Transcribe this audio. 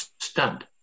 Stunned